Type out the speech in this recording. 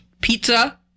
pizza